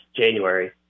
January